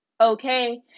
okay